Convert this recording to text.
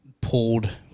pulled